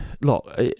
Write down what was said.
look